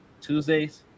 Tuesdays